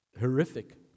horrific